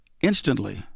instantly